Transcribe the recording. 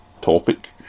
topic